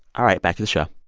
all right. back to the show